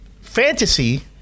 fantasy